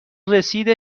رسید